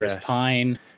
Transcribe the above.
Pine